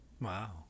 Wow